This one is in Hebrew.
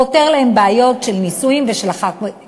פותר להם בעיות של נישואים ושל גירושים